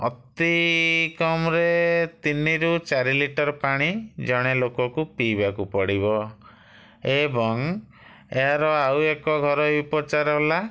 ଅତିକମ୍ରେ ତିନରୁ ଚାରି ଲିଟର୍ ପାଣି ଜଣେ ଲୋକକୁ ପିଇବାକୁ ପଡ଼ିବ ଏବଂ ଏହାର ଆଉ ଏକ ଘରୋଇ ଉପଚାର ହେଲା